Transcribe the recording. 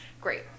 Great